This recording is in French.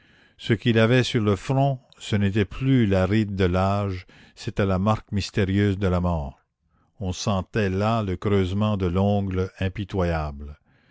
ce qu'il avait sur le front ce n'était plus la ride de l'âge c'était la marque mystérieuse de la mort on sentait là le creusement de l'ongle impitoyable